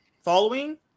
following